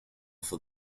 for